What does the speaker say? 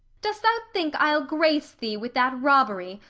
dost thou think i'll grace thee with that robbery,